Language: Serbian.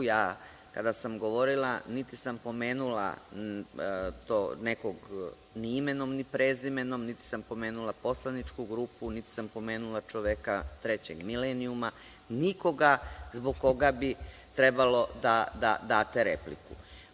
Ja, kada sam govorila, niti sam pomenula nekog ni imenom ni prezimenom, niti sam pomenula poslaničku grupu, niti sam pomenula čoveka trećeg milenijuma, nikoga zbog koga bi trebalo da date repliku.